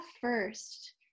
first